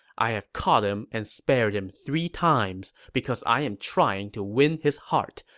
i have caught him and spared him three times because i am trying to win his heart,